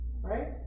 right